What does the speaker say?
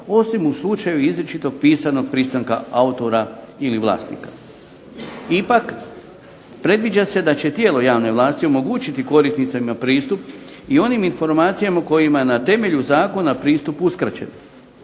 osim u slučaju izričitog pisanog pristanka autora ili vlasnika. Ipak, predviđa se da će tijelo javne vlasti omogućiti korisnicima pristup i onim informacijama kojima je na temelju zakona pristup uskraćen,